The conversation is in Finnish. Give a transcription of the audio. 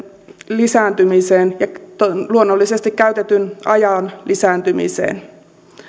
lisääntymiseen ja luonnollisesti käytetyn ajan lisääntymiseen